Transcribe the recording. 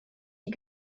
die